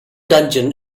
dungeon